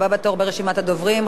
הבא בתור ברשימת הדוברים,